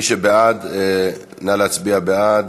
מי שבעד, נא להצביע בעד.